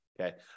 okay